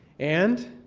and